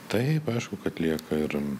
taip aišku kad lieka ir